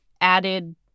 added